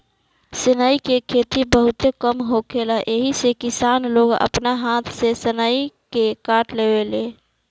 सनई के खेती बहुते कम होखेला एही से किसान लोग आपना हाथ से सनई के काट लेवेलेन